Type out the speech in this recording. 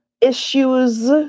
issues